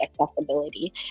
accessibility